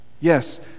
Yes